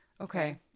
Okay